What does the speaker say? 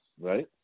Right